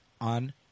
On